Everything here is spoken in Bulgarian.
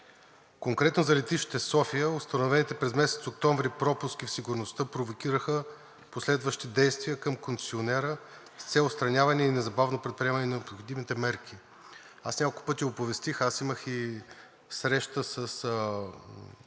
Конкретно за летище София установените през месец октомври пропуски в сигурността провокираха последващи действия към концесионера с цел отстраняване и незабавно предприемане на необходимите мерки. Аз няколко пъти оповестих, аз имах и среща с